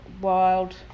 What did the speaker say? wild